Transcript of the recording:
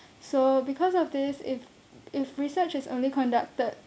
so because of this if if research is only conducted